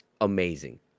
amazing